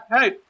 hey